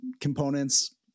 components